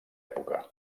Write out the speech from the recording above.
època